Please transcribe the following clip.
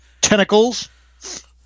tentacles